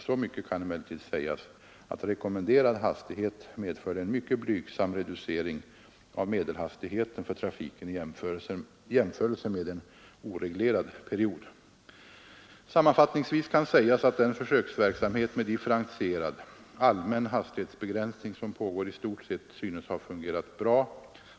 Så mycket kan emellertid sägas att rekommenderad hastighet medförde en mycket blygsam reducering av medelhastigheten för trafiken i jämförelse med en oreglerad period. Sammanfattningsvis kan sägas att den försöksverksamhet med differentierad allmän hastighetsbegränsning som pågår i stort sett synes ha fungerat bra.